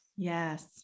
Yes